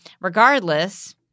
regardless